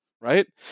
right